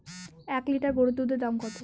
এক লিটার গরুর দুধের দাম কত?